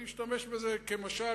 אני אשתמש בזה כמשל,